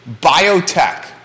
biotech